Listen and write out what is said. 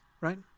right